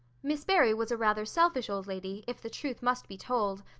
miss barry was a rather selfish old lady, if the truth must be told,